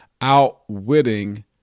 outwitting